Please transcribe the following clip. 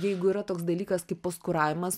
jeigu yra toks dalykas kaip postkuravimas